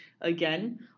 again